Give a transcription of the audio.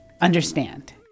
understand